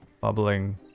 bubbling